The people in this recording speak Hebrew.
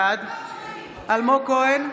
בעד אלמוג כהן,